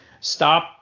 stop –